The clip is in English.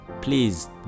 please